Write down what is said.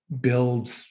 build